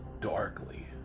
darkly